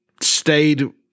stayed –